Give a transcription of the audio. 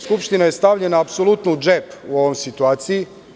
Skupština je stavljena u džep u ovoj situaciji.